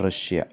Russia